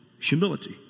Humility